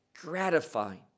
gratifying